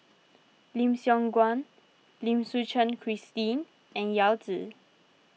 Lim Siong Guan Lim Suchen Christine and Yao Zi